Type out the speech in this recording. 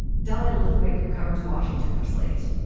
dahlia lithwick covers washington for slate